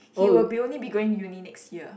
he will be only be going uni next year